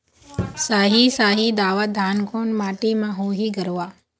साही शाही दावत धान कोन माटी म होही गरवा?